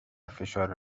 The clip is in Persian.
فشار